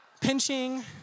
Pinching